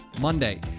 Monday